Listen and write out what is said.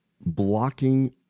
blocking